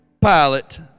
pilot